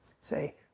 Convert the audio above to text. Say